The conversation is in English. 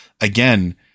again